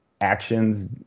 actions